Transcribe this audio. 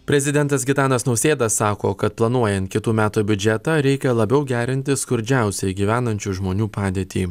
prezidentas gitanas nausėda sako kad planuojant kitų metų biudžetą reikia labiau gerinti skurdžiausiai gyvenančių žmonių padėtį